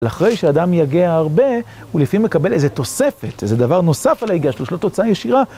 לאחרי שאדם יגיע הרבה, הוא לפעמים מקבל איזה תוספת, איזה דבר נוסף על היגיעה שלו, יש לו תוצאה ישירה.